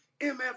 MF